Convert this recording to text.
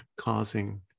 causing